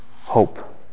Hope